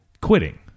quitting